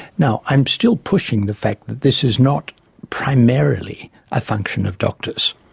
now i'm still pushing the fact that this is not primarily a function of doctors,